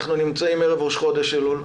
אנחנו נמצאים ערב ראש חודש אלול,